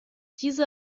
diese